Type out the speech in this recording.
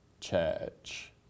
church